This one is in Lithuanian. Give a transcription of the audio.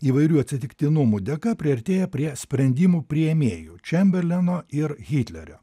įvairių atsitiktinumų dėka priartėję prie sprendimų priėmėjų čemberleno ir hitlerio